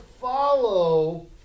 follow